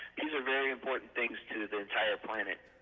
these are very important things to the entire planet.